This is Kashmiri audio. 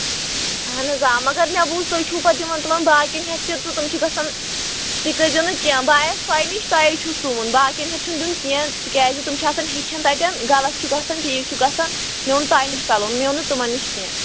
اہن حظ آ مگر مےٚ بوٗز تُہۍ چھُو پَتہٕ دِوان تِمَن باقیَن ہٮ۪تھ تہِ تہٕ تِم چھِ گژھان تہِ کٔرۍ زیٚو نہٕ کیٚنٛہہ بہٕ آیس تۄہہِ نِش تۄہے چھُو سُوُن باقیَن ہیٚتھ چھُنہٕ دیُن کیٚنٛہہ تِکیٛازِ تِم چھِ آسان ہیٚچھان تَتٮ۪ن غلط چھُ گژھان ٹھیٖک چھُ گژھان مےٚ اوٚن تۄہہِ نِش پلو مےٚ اوٚن نہٕ تِمَن نِش کیٚنٛہہ